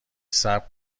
صبر